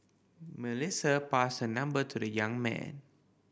Melissa passed her number to the young man